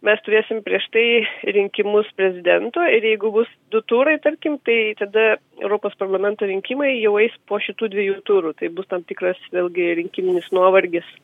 mes turėsim prieš tai rinkimus prezidento ir jeigu bus du turai tarkim tai tada europos parlamento rinkimai jau eis po šitų dviejų turų tai bus tam tikras vėlgi rinkiminis nuovargis